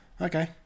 Okay